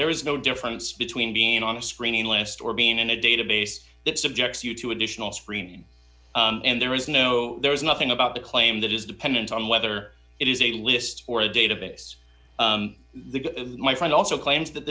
there is no difference between being on a screening last or being in a database that subjects you to additional screening and there is no there is nothing about the claim that is dependent on whether it is a list or a database my friend also claims that